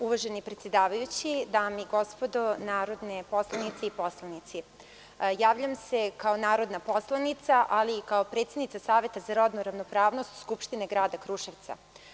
Uvaženi predsedavajući, dame i gospodo narodne poslanice i poslanici, javljam se kao narodna poslanica, ali i kao predsednica Saveta za rodnu ravnopravnost Skupštine grada Kruševca.